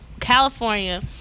California